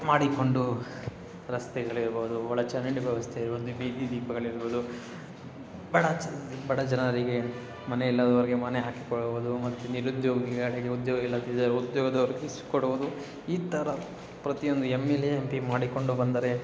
ಮಾಡಿಕೊಂಡು ರಸ್ತೆಗಳಿರ್ಬಹುದು ಒಳ ಚರಂಡಿ ವ್ಯವಸ್ಥೆ ಇರ್ಬಹುದು ಬೀದಿ ದೀಪಗಳಿರ್ಬಹುದು ಬಡ ಜನ ಬಡ ಜನರಿಗೆ ಮನೆ ಇಲ್ಲದವರಿಗೆ ಮನೆ ಹಾಕಿ ಕೊಡುವುದು ಮತ್ತು ನಿರುದ್ಯೋಗಿಗಳಿಗೆ ಉದ್ಯೋಗ ಇಲ್ಲದಿದ್ದರೆ ಉದ್ಯೋಗ ದೊರಕಿಸಿ ಕೊಡುವುದು ಈ ಥರ ಪ್ರತಿಯೊಂದು M L A M P ಮಾಡಿಕೊಂಡು ಬಂದರೆ